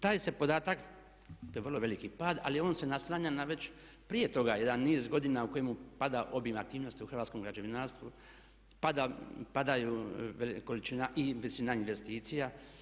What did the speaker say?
Taj se podatak, to je vrlo veliki pad, ali on se naslanja na već prije toga jedan niz godina u kojemu pada obim aktivnosti u hrvatskom građevinarstvu, padaju količina i investiranje investicija.